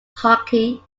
hockey